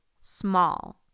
small